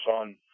on